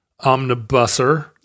omnibuser